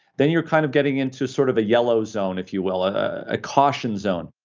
then you're kind of getting into sort of a yellow zone, if you will, a caution zone.